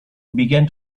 began